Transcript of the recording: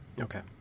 Okay